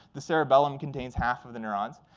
the cerebellum contains half of the neurons.